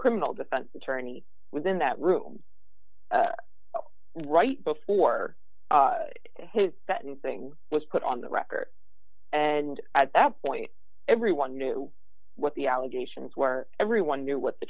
criminal defense attorney within that room right before that and thing was put on the record and at that point everyone knew what the allegations were everyone knew what the